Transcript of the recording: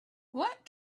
what